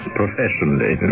professionally